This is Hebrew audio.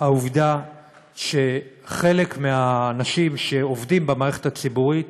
העובדה שחלק מהאנשים שעובדים במערכת הציבורית